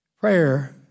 Prayer